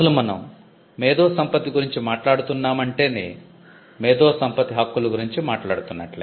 అసలు మనం మేధోసంపత్తి గురించి మాట్లాడుతున్నామంటేనే మేధోసంపత్తి హక్కులు గురించి మాట్లాడుతున్నట్లే